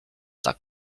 tak